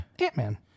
Ant-Man